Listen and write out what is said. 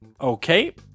okay